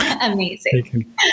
amazing